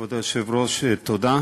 כבוד היושב-ראש, תודה,